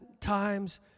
times